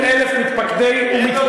גורלי ייחרץ על-ידי 90,000 מתפקדי ומתפקדות